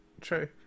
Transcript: true